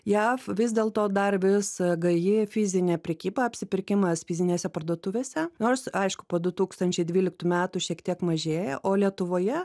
jav vis dėlto dar vis gaji fizinė prekyba apsipirkimas fizinėse parduotuvėse nors aišku po tūkstančiai dvyliktų metų šiek tiek mažėja o lietuvoje